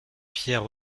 pierre